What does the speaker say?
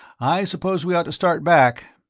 i suppose we ought to start back,